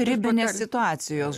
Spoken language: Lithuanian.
ribinės situacijos